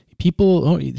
People